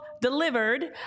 delivered